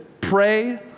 pray